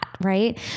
Right